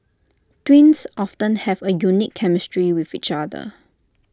twins often have A unique chemistry with each other